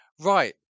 right